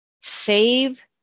save